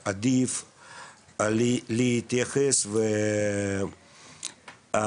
שעדיף להתייחס, זה